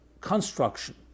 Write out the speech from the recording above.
construction